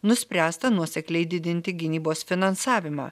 nuspręsta nuosekliai didinti gynybos finansavimą